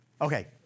Okay